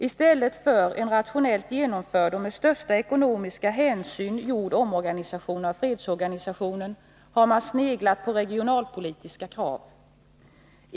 I stället för en rationellt genomförd och med största ekonomiska hänsyn gjord omorganisation av fredsorganisationen har man sneglat på regionalpolitiska krav.